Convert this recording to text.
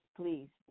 please